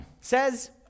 says